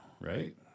right